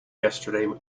yesterday